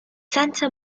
santa